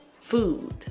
food